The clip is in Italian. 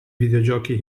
videogiochi